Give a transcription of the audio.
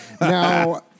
Now